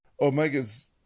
Omega's